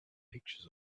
pictures